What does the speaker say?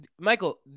Michael